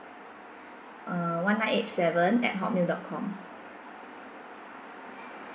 uh one nine eight seven at hotmail dot com